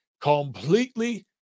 Completely